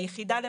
היחידה למעשה,